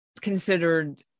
considered